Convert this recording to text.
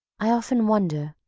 i often wonder,